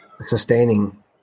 sustaining